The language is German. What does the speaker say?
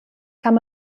kann